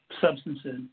substances